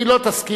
היא לא תסכים,